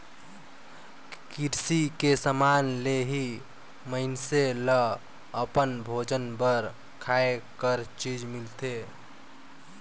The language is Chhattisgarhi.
किरसी के समान ले ही मइनसे ल अपन भोजन बर खाए कर चीज मिलथे